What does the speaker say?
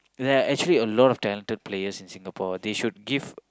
there are actually a lot of talented players in Singapore they should give